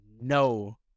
no